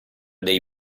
dei